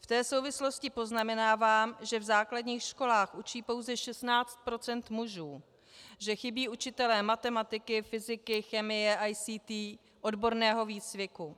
V té souvislosti poznamenávám, že v základních školách učí pouze 16 % mužů, že chybí učitelé matematiky, fyziky, chemie, ICT, odborného výcviku.